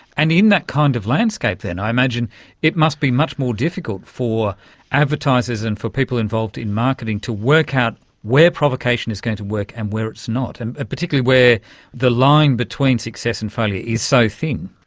and in that kind of landscape then i imagine it must be much more difficult for advertisers and for people involved in marketing to work out where provocation is going to work and where it's not, and particularly where the line between success and failure is so thin.